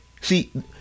See